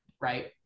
Right